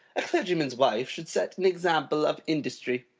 a clergyman's wife should set an example of industry.